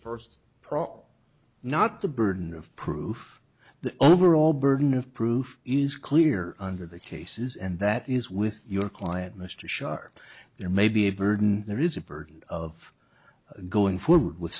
prong not the burden of proof the overall burden of proof is clear under the cases and that is with your client mr sharp there may be a burden there is a burden of going forward with